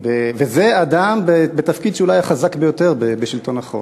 וזה אדם שהיה בתפקיד שהוא אולי החזק ביותר בשלטון החוק.